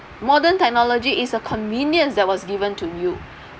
modern technology is a convenience that was given to you